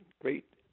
Great